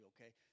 okay